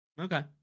Okay